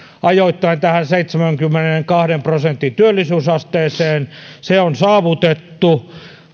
tähän seitsemänkymmenenkahden prosentin työllisyysasteeseen se on saavutettu